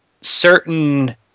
certain –